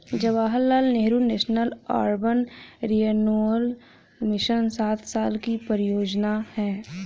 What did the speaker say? Jawaharlal Nehru national urban renewal mission सात साल की परियोजना है